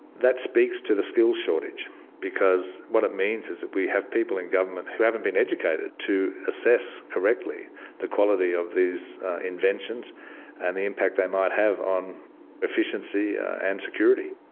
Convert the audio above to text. that speaks to the skills shortage because what it means is we have people in government who haven't been educated to assess correctly the quality of these inventions and the impact they might have on efficiency and security.